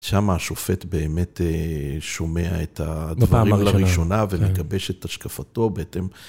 שם השופט באמת שומע את הדברים בפעם הראשונה, לראשונה ומגבש את השקפתו בהאתם.